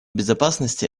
безопасности